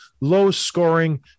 low-scoring